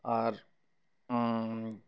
আর